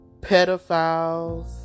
pedophiles